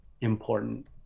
important